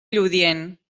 lludient